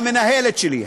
המנהלת שלי,